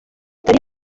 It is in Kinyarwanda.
atari